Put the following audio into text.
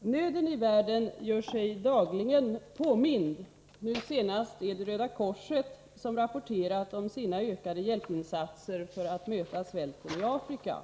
Nöden i världen gör sig dagligen påmind. Nu senast är det Röda korset som rapporterat om sina ökade hjälpinsatser för att möta svälten i Afrika.